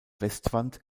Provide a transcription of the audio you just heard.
westwand